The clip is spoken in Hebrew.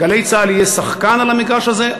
"גלי צה"ל" תהיה שחקן על המגרש הזה,